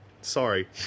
sorry